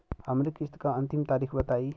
हमरे किस्त क अंतिम तारीख बताईं?